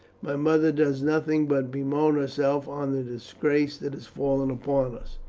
my mother does nothing but bemoan herself on the disgrace that has fallen upon us.